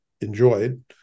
enjoyed